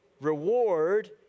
Reward